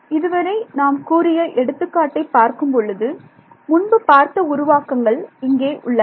இதுவரை நாம் கூறிய எடுத்துக்காட்டை பார்க்கும்பொழுது முன்பு பார்த்த உருவாக்கங்கள் இங்கே உள்ளன